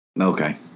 Okay